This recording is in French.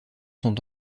sont